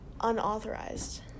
unauthorized